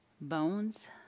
bones